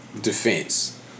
defense